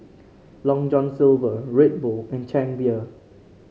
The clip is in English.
Long John Silver Red Bull and Chang Beer